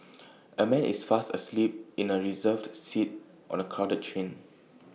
A man is fast asleep in A reserved seat on A crowded train